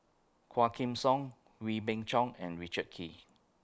Quah Kim Song Wee Beng Chong and Richard Kee